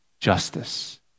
justice